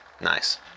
Nice